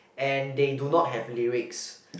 and they do not have lyrics